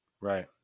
Right